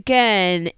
Again